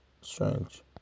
Strange